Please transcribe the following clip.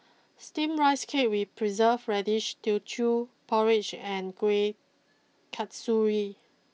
Steamed Rice Cake with Preserved Radish Teochew Porridge and Kuih Kasturi